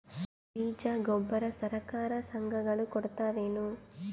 ಬೀಜ ಗೊಬ್ಬರ ಸರಕಾರ, ಸಂಘ ಗಳು ಕೊಡುತಾವೇನು?